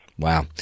Wow